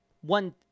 One –